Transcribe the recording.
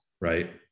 right